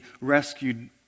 rescued